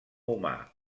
humà